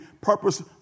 purpose